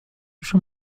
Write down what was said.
schon